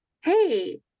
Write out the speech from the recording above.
Hey